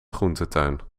groentetuin